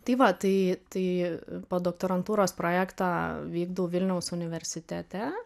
tai va tai tai podoktorantūros projektą vykdau vilniaus universitete